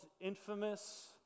infamous